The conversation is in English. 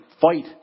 fight